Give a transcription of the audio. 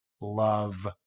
love